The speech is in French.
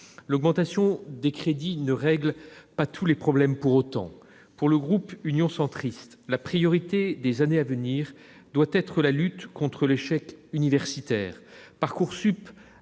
L'augmentation des crédits ne règle pas tous les problèmes pour autant. Pour le groupe Union Centriste, la priorité des années à venir doit être la lutte contre l'échec universitaire. Parcoursup